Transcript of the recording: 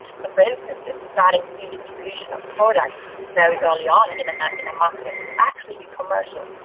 so for instance, if you're starting free distribution of products very early on in in a market, it can actually be commercial,